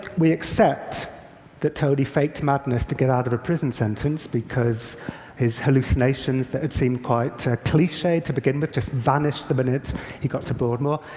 we accept that tony faked madness to get out of a prison sentence, because his hallucinations that had seemed quite cliche to begin with just vanished the minute he got to broadmoor.